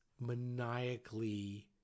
maniacally